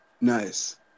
Nice